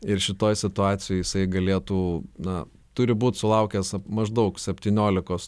ir šitoj situacijoj jisai galėtų na turi būt sulaukęs maždaug septyniolikos